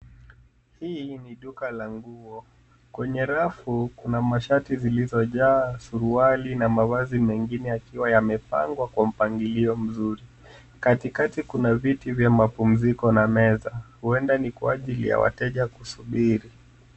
Hii ni duka la nguo. Kwenye rafu, kuna mashati zilizojaa suruali na mavazi mengine yakiwa yamepangwa kwa mpangilio mzuri. Katikati kuna viti vya mapumziko na meza. Huenda ni kwa ajili ya wateja kusubiri.